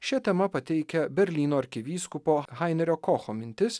šia tema pateikia berlyno arkivyskupo hainerio kocho mintis